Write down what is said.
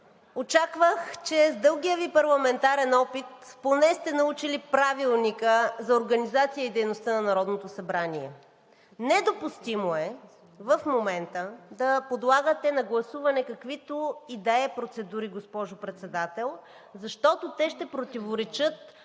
очаквах, че с дългия Ви парламентарен опит поне сте научили Правилника за организацията и дейността на Народното събрание. Недопустимо е в момента да подлагате на гласуване каквито и да е процедури, госпожо Председател, защото те ще противоречат